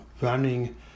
Running